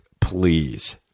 Please